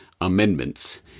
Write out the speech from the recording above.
amendments